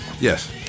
Yes